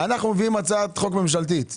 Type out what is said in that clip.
אנחנו מביאים הצעת חוק ממשלתית.